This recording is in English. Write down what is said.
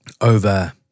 over